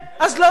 אז לא ידעו?